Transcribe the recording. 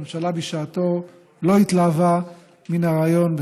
הממשלה בשעתה לא התלהבה מן הרעיון,